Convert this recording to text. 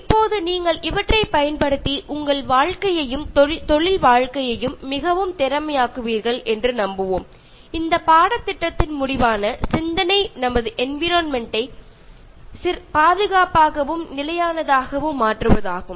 இப்போது நீங்கள் இவற்றைப் பயன்படுத்தி உங்கள் வாழ்க்கையையும் தொழில் வாழ்க்கையையும் மிகவும் திறமையாக்குவீர்கள் என்று நம்புவோம் இந்த பாடத்திட்டத்தின் முடிவான சிந்தனை நமது என்விரொண்மெண்ட்டை பாதுகாப்பாகவும் நிலையானதாகவும் மாற்றுவதாகும்